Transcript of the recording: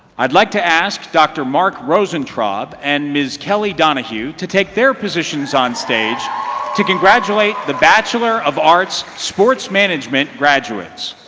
i'd like to ask dr. mark rosentraub and ms. kelli donahue to take their positions onstage to congratulate the bachelor of arts in sport management graduates.